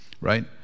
right